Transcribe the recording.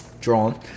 Drawn